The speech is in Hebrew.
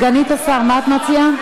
סגנית השר, מה את מציעה?